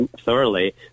thoroughly